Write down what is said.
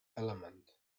element